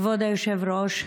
כבוד היושב-ראש,